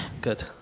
Good